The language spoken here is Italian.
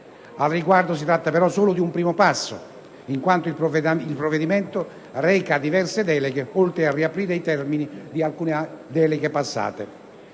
Al riguardo si tratta peraltro solo di un primo passo, in quanto il provvedimento reca diverse deleghe, oltre a riaprire i termini di alcune deleghe scadute.